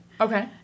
Okay